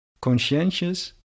conscientious